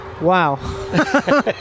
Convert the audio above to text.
Wow